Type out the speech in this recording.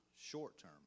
short-term